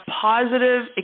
positive